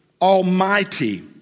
Almighty